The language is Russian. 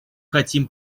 хотим